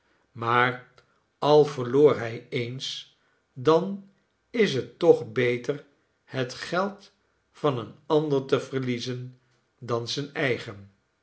maar al verloor hij eens dan is het toch beter het geld van een ander te verliezen dan zijn eigen